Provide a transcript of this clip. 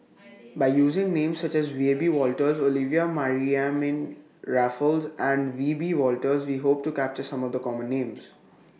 By using Names such as Wiebe Wolters Olivia Mariamne Raffles and Wiebe Wolters We Hope to capture Some of The Common Names